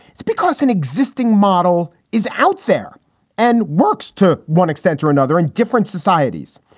it's because an existing model is out there and works to one extent or another in different societies.